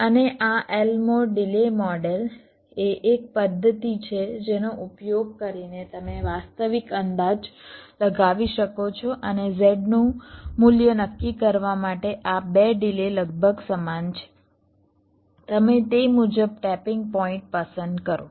અને આ Elmore delay model એ એક પદ્ધતિ છે જેનો ઉપયોગ કરીને તમે વાસ્તવિક અંદાજ લગાવી શકો છો અને z નું મૂલ્ય નક્કી કરવા માટે આ 2 ડિલે લગભગ સમાન છે તમે તે મુજબ ટેપીંગ પોઇન્ટ પસંદ કરો